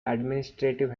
administrative